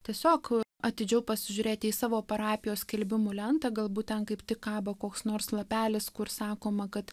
tiesiog atidžiau pasižiūrėti į savo parapijos skelbimų lentą galbūt ten kaip tik kabo koks nors lapelis kur sakoma kad